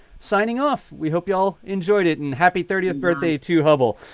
signing off. we hope you all enjoyed it. and happy thirtieth birthday to hubble.